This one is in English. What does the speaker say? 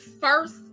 first